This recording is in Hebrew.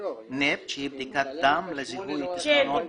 שהיא בדיקת דם לזיהוי תסמונות אצל העובר.